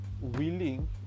willing